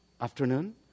afternoon